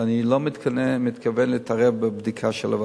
ואני לא מתכוון להתערב בבדיקה של הוועדה.